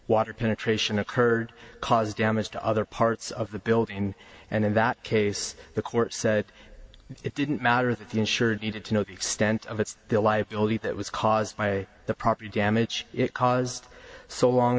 water penetration occurred cause damage to other parts of the building and in that case the court said it didn't matter that the insured needed to know the extent of its liability that was caused by the property damage it caused so long